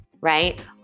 right